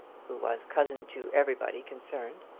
who was cousin to everybody concerned,